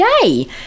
yay